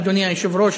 אדוני היושב-ראש,